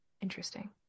Interesting